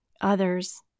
others